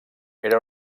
era